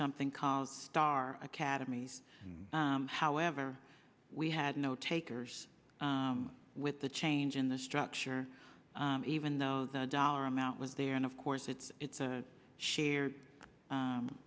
something called star academies however we had no takers with the change in the structure even though the dollar amount was there and of course it's it's a share